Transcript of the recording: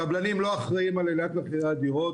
הקבלנים לא אחראים על מחירי הדירות,